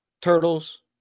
turtles